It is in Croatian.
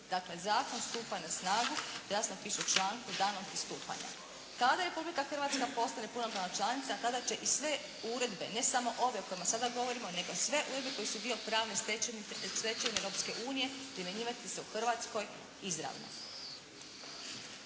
Dakle, zakon stupa na snagu jasno piše u članku, danom stupanja. Kada Republika Hrvatska postane punopravna članica, tada će i sve uredbe, ne samo ove o kojima sada govorimo, nego sve uredbe koje su dio pravne stečevine Europske unije, primjenjivati se u Hrvatskoj izravno.